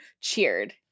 cheered